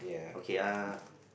okay uh